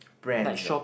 blender